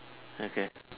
okay